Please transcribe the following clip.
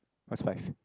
what's five